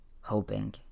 hoping